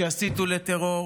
שיסיתו לטרור.